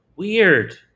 Weird